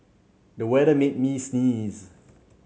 the weather made me sneeze